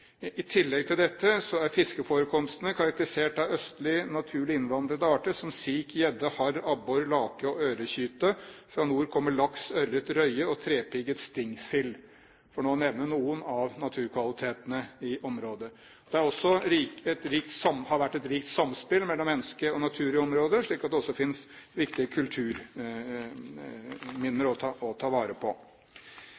I tillegg til dette er fiskeforekomstene karakterisert av østlig naturlig innvandrede arter, som sik, gjedde, harr, abbor, lake og ørekyte. Fra nord kommer laks, ørret, røye og trepigget stingsild, for å nevne noen av naturkvalitetene i området. Det har også vært et rikt samspill mellom mennesker og natur i området, så det finnes også viktige